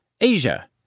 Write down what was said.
Asia